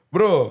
Bro